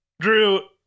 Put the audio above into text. Drew